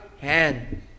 hand